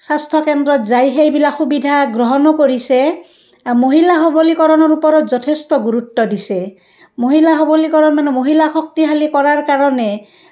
স্বাস্থ্যকেন্দ্ৰত যাই সেইবিলাক সুবিধা গ্ৰহণো কৰিছে মহিলাসবলীকৰণৰ ওপৰত যথেষ্ট গুৰুত্ব দিছে মহিলা সবলীকৰণ মানে মহিলা শক্তিশালী কৰাৰ কাৰণে